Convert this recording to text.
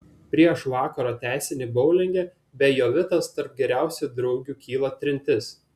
prieš vakaro tęsinį boulinge be jovitos tarp geriausių draugių kyla trintis